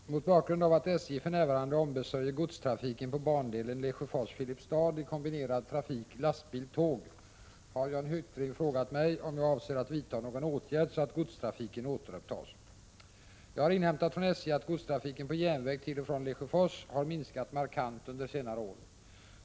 Herr talman! Mot bakgrund av att SJ för närvarande ombesörjer godstrafiken på bandelen Lesjöfors-Filipstad i kombinerad trafik lastbil-tåg har Jan Hyttring frågat mig om jag avser att vidta någon åtgärd så att godstrafiken återupptas. Jag har inhämtat från SJ att godstrafiken på järnväg till och från Lesjöfors har minskat markant under senare år.